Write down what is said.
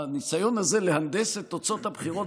הניסיון הזה להנדס את תוצאות הבחירות